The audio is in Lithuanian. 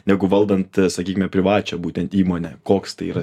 negu valdant sakykime privačią būtent įmonę koks tai yra